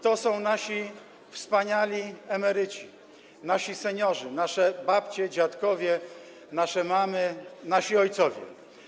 To są nasi wspaniali emeryci, nasi seniorzy, nasze babcie, nasi dziadkowie, nasze mamy, nasi ojcowie.